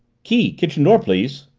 key, kitchen door, please!